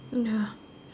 ya